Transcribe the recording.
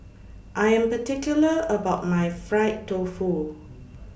I Am particular about My Fried Tofu